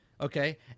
okay